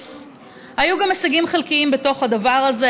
היו גם הישגים חלקיים בתוך הדבר הזה.